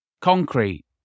Concrete